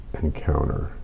Encounter